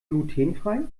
glutenfrei